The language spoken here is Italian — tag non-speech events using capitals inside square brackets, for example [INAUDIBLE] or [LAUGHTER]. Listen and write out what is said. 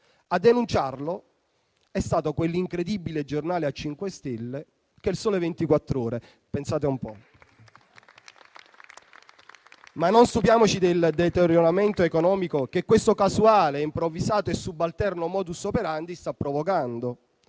A denunciarlo è stato quell'incredibile giornale a cinque stelle che è «Il Sole 24 Ore», pensate un po'. [APPLAUSE] Ma non stupiamoci del deterioramento economico che questo casuale, improvvisato e subalterno *modus operandi* sta provocando.